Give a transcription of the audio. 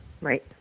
Right